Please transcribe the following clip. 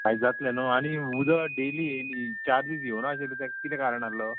आयज जातलें न्हू आनी उदक डेयली येनी चार दीस येवना आशिल्लें तेक कितें कारण आसलो